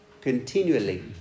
continually